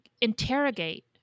interrogate